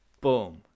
boom